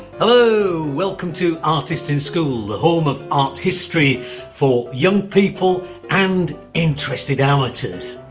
hello, welcome to artist in school, the home of art history for young people and interested amateurs.